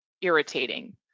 irritating